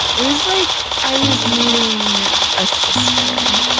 it was like i was meeting a sister